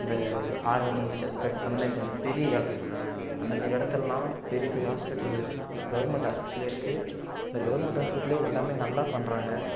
இந்த ஆரணி சேத்துப்பட்டு அந்த மாதிரி கொஞ்சம் பெரிய எடம் அந்த மாரி இடத்துலலாம் பெரிய பெரிய ஹாஸ்பிட்டல்லு இருக்குது கவர்மெண்ட் ஹாஸ்பிட்டலே இருக்குது அந்த கவர்மெண்ட் ஹாஸ்பிட்டலே எல்லாமே நல்லா பண்ணுறாங்க